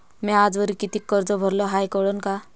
म्या आजवरी कितीक कर्ज भरलं हाय कळन का?